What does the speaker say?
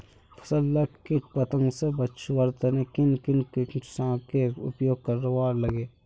फसल लाक किट पतंग से बचवार तने किन किन कीटनाशकेर उपयोग करवार लगे?